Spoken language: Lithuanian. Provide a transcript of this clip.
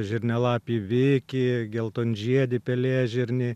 žirnialapį vikį geltonžiedį pelėžirnį